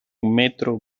metro